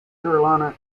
carolina